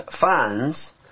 funds